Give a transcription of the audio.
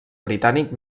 britànic